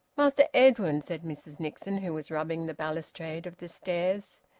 master edwin, said mrs nixon, who was rubbing the balustrade of the stairs,